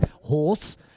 horse